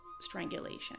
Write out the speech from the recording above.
strangulation